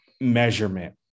measurement